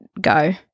go